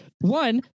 one